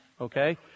okay